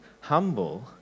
humble